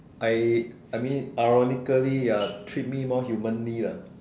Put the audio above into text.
I I mean ironically ya treat me more humanly lah